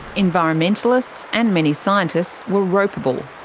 environmentalists and many scientists were ropable.